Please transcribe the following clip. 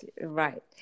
right